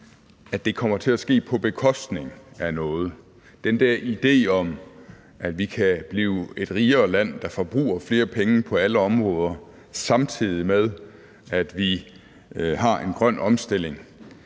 at det kommer til at ske på bekostning af noget. Den der idé om, at vi kan blive et rigere land, der forbruger flere penge på alle områder, samtidig med at vi har en grøn omstilling,